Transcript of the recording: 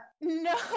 No